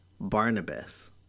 Barnabas